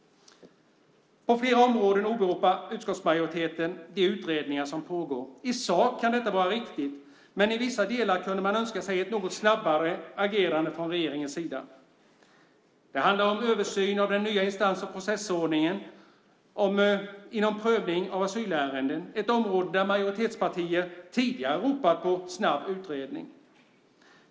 På flera områden åberopar utskottsmajoriteten de utredningar som pågår. I sak kan detta vara riktigt, men i vissa delar kunde man önska sig ett något snabbare agerande från regeringens sida. Det handlar om översyn av den nya instans och processordningen inom prövningen av asylärenden, ett område där majoritetspartier tidigare ropat på snabb utredning.